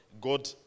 God